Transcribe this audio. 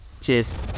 Cheers